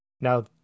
Now